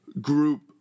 Group